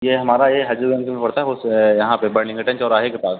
ये हमारा ये हजरतगंज के में पड़ता है बस यहाँ पर बरलिंग्टन चौराहे के पास